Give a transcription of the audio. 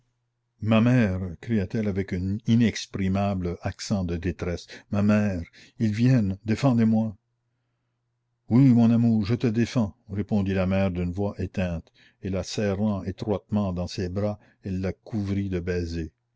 ma mère cria-t-elle avec un inexprimable accent de détresse ma mère ils viennent défendez-moi oui mon amour je te défends répondit la mère d'une voix éteinte et la serrant étroitement dans ses bras elle la couvrit de baisers